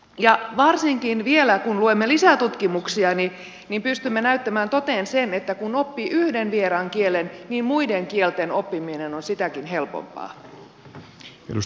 ja varsinkin vielä kun luemme lisätutkimuksia pystymme näyttämään toteen sen että kun oppii yhden vieraan kielen niin muiden kielten oppiminen on sitäkin helpompaa